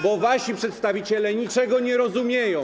Bo wasi przedstawiciele niczego nie rozumieją.